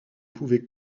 pouvez